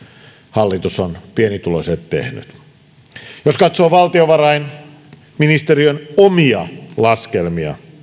hallitus on pienituloisille tehnyt jos katsoo valtiovarainministeriön omia laskelmia